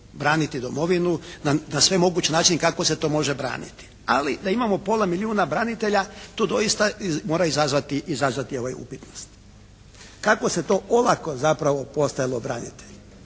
Braniti domovinu na sve moguće načine kako se to može braniti. Ali da imamo pola milijuna branitelja to doista mora izazvati upitnost. Kako se to olako zapravo postajalo branitelj.